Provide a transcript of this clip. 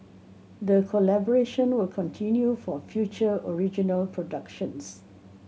the collaboration will continue for future original productions